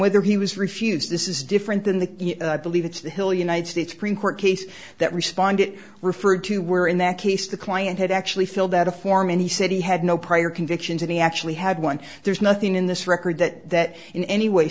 whether he was refused this is different than the believe it's the hill united states supreme court case that responded referred to were in that case the client had actually filled out a form and he said he had no prior convictions and he actually had one there's nothing in this record that in any way